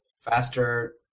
faster